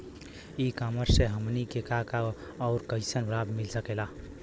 ई कॉमर्स से हमनी के का का अउर कइसन लाभ मिल सकेला?